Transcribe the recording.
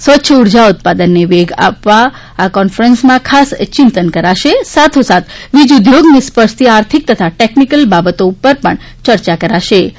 સ્વચ્છ ઊર્જા ઉત્પાદનને વેગ આપવા ઊપર આ કોન્ફરન્સમાં ખાસ ચિંતન થવાનું છે સાથોસાથ વીજઉદ્યોગને સ્પર્શતી આર્થિક તથા ટેકનિકલ બાબતો ઊપર પણ યર્યા થશેં